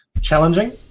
challenging